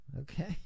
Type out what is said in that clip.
Okay